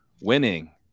winning